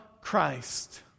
Christ